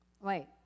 wait